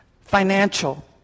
financial